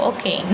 Okay